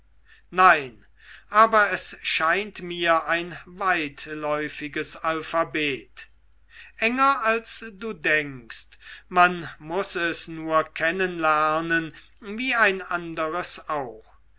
nein aber es scheint mir ein weitläufiges alphabet enger als du denkst man muß es nur kennen lernen wie ein anderes auch